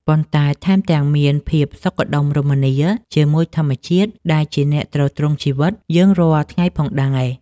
ប៉ុន្តែថែមទាំងមានភាពសុខដុមរមនាជាមួយធម្មជាតិដែលជាអ្នកទ្រទ្រង់ជីវិតយើងរាល់ថ្ងៃផងដែរ។